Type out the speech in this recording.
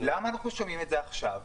למה אנחנו שומעים את זה עכשיו?